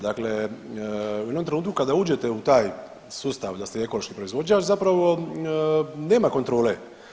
Dakle, u jednom trenutku kada uđete u taj sustav da ste ekološki proizvođač zapravo nema kontrole.